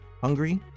Hungry